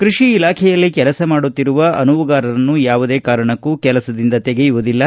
ಕೃಷಿ ಇಲಾಖೆಯಲ್ಲಿ ಕೆಲಸ ಮಾಡುತ್ತಿರುವ ಅನುವುಗಾರರನ್ನು ಯಾವುದೇ ಕಾರಣಕ್ಕೂ ಕೆಲಸದಿಂದ ತೆಗೆಯುವುದಿಲ್ಲ